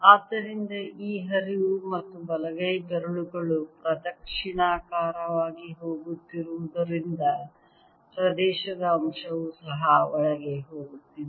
ಆದ್ದರಿಂದ ಆ ಹರಿವು ಮತ್ತು ಬಲಗೈ ಬೆರಳುಗಳು ಪ್ರದಕ್ಷಿಣಾಕಾರವಾಗಿ ಹೋಗುತ್ತಿರುವುದರಿಂದ ಪ್ರದೇಶದ ಅಂಶವೂ ಸಹ ಒಳಗೆ ಹೋಗುತ್ತಿದೆ